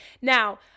now